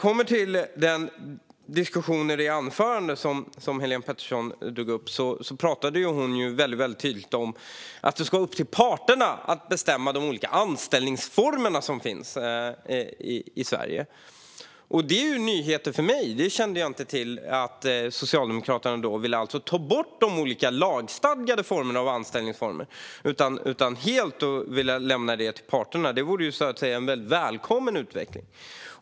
Helén Pettersson tog väldigt tydligt upp i anförandet att det ska vara upp till parterna att bestämma de olika anställningsformer som finns i Sverige. Det är nyheter för mig. Jag kände inte till att Socialdemokraterna vill ta bort de olika lagstadgade anställningsformerna och lämna det helt åt parterna. Det vore en väldigt välkommen utveckling.